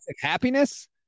happiness